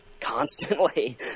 constantly